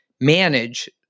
manage